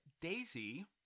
Daisy